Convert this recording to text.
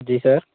जी sir